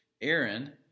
Aaron